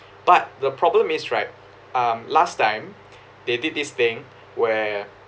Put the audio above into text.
but the problem is right um last time they did this thing where